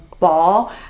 Ball